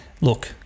look